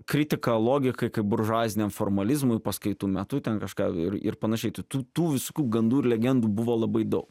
kritika logikai kaip buržuaziniam formalizmui paskaitų metu ten kažką ir ir panašiai tai tų tų visokių gandų ir legendų buvo labai daug